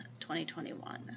2021